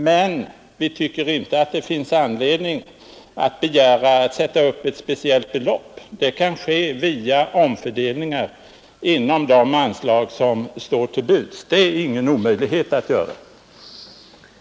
Men vi tycker inte att det finns anledning att sätta upp ett speciellt belopp. Vårt syfte kan tillgodoses via omfördelningar inom de anslag som står till buds. Det är ingen omöjlighet att göra detta.